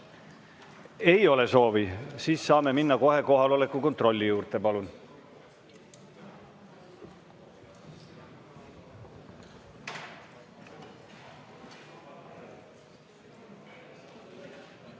Ei ole soovi. Siis saame minna kohe kohaloleku kontrolli juurde. Palun!